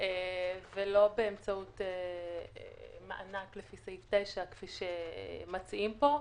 ולא באמצעות מענק לפי סעיף 9 כפי שמציעים פה.